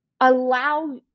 allow